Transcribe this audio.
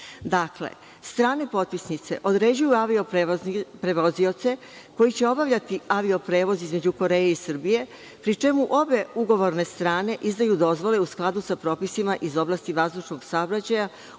Dakle, strane potpisnice određuju avio prevoznioce koji će obavljati avio prevoz između Koreje i Srbije, pri čemu obe ugovorne strane izdaju dozvole u skladu sa propisima iz oblasti vazdušnog saobraćaja